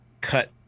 cut